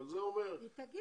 אבל זה אומר אמא,